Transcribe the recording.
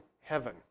heaven